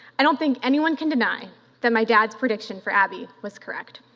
i don't think anyone can deny that my dad's prediction for abby was correct.